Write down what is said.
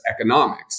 economics